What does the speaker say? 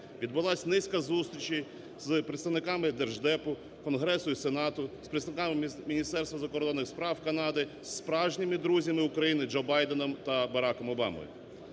Відбулася низка зустрічей з представниками Держдепу, Конгресу і Сенату, з представниками Міністерства закордонних справ Канади, з справжніми друзями України Джо Байденом та Бараком Обамою.